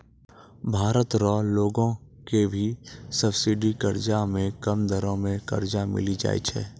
भारत रो लगो के भी सब्सिडी कर्जा मे कम दरो मे कर्जा मिली जाय छै